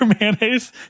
mayonnaise